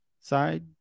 side